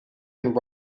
and